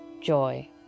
joy